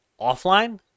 offline